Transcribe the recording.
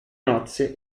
nozze